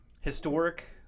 historic